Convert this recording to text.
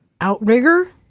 outrigger